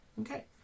okay